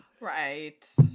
Right